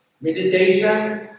meditation